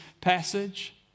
passage